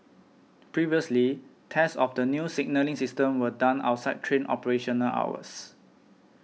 previously tests of the new signalling system were done outside train operational hours